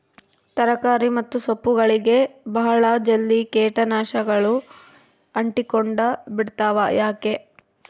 ತರಕಾರಿ ಮತ್ತು ಸೊಪ್ಪುಗಳಗೆ ಬಹಳ ಜಲ್ದಿ ಕೇಟ ನಾಶಕಗಳು ಅಂಟಿಕೊಂಡ ಬಿಡ್ತವಾ ಯಾಕೆ?